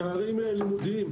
פערים לימודיים,